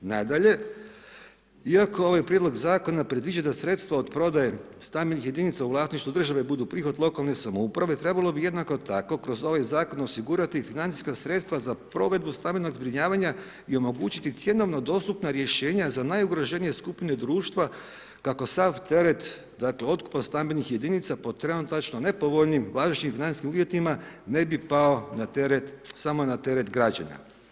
Nadalje, iako ovaj prijedlog zakona predviđa da sredstva od prodaje stambenih jedinica u vlasništvu jedinica budu prihvat lokalne samouprave, trebalo bi jednako tako kroz ovaj zakon osigurati financijska sredstva za provedbu stambenog zbrinjavanja i omogućiti cjenovno dostupna rješenja za najugroženije skupine društva kako sav teret, dakle otkupa stambenih jedinica po trenutačno najpovoljnijim važećim financijskim uvjetima, ne bi pao samo na teret građana.